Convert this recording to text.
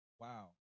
wow